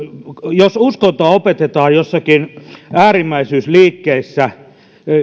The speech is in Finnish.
jos uskontoa opetetaan joissakin äärimmäisyysliikkeissä ja jos